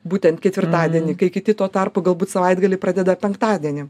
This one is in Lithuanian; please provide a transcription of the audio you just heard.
būten ketvirtadienį kai kiti tuo tarpu galbūt savaitgalį pradeda penktadienį